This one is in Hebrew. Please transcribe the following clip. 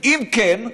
כי אם כן,